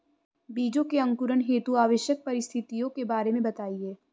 बीजों के अंकुरण हेतु आवश्यक परिस्थितियों के बारे में बताइए